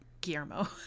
Guillermo